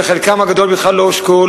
שחלקן הגדול לא הושקעו,